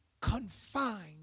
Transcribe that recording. confined